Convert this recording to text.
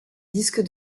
disques